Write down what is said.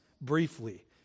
briefly